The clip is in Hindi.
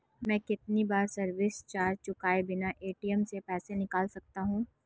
मैं कितनी बार सर्विस चार्ज चुकाए बिना ए.टी.एम से पैसे निकाल सकता हूं?